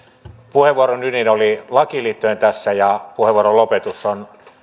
puheenvuoroni ydin oli lakiin liittyen tässä ja puheenvuoroni lopetus on